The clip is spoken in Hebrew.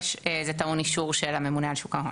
אז זה טעון אישור של הממונה על שוק ההון.